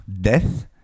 death